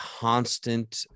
constant